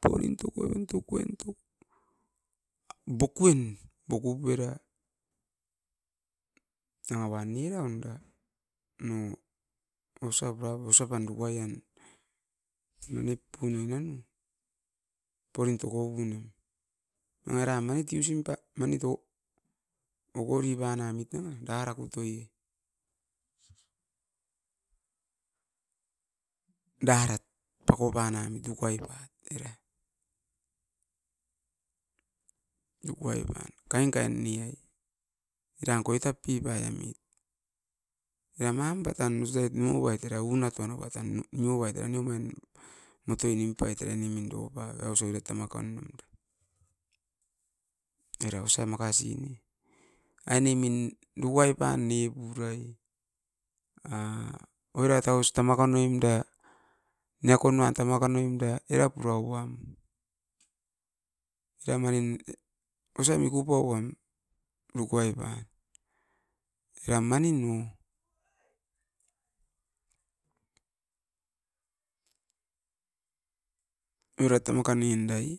Porin tukue'un tukuen tuk, bukuin bokup era nanga uan neraun da maua osapa osa pan dukuai an manip'u nuinano, porin toko puinem nanga era manit usim pa manit o, okori pan amit nanga darakutoi darat pako panamit ukai pat era, dukuai nuan. Kain kain ne ai, eran koitap pipai'amit. Era mamba tan osait niou'ait era unat uan aua tan nioait eran omain motoi nim pait era nemin dopa aus oirat tamaka nimpat. Era osa makasi ne, ainemin nuai pan nipurai a oirat aus tamaka noimda niakon nua tamaka noim da era pura uam. Era manin osa miku pauam nukuai pan era manin no oirat tamaka nuin da i